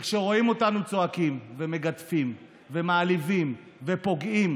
כשרואים אותנו צועקים ומגדפים ומעליבים ופוגעים,